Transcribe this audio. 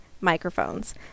microphones